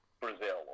brazil